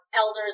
elders